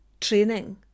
training